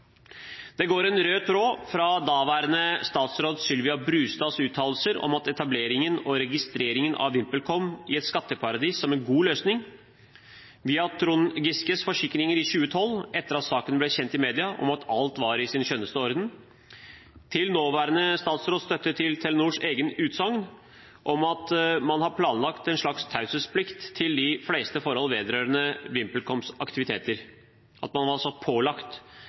Det går en rød tråd fra daværende statsråd Sylvia Brustads uttalelser om etableringen og registreringen av VimpelCom i et skatteparadis som en god løsning, via Trond Giskes forsikringer i 2012, etter at saken ble kjent i media, om at alt var i den skjønneste orden, til nåværende statsråds støtte til Telenors eget utsagn om at man var pålagt en slags taushetsplikt knyttet til de fleste forhold vedrørende